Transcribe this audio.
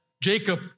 Jacob